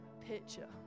picture